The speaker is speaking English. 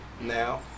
now